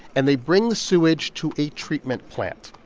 and they bring sewage to a treatment plant.